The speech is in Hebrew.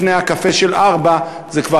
לפני הקפה של 16:00,